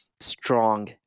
strong